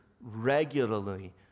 regularly